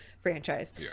franchise